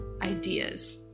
ideas